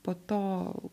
po to